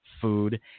food